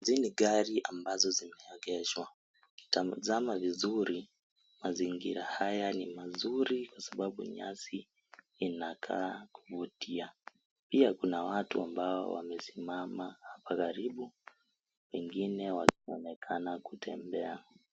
Hizi ni gari ambazo zimeegeshwa, tazama vizuri, mazingira haya ni mazuri kwa sababu nyasi inakaa kuvutia, pia kuna watu ambao wamesimama hapo karibu pengine wanaonekana kutembea.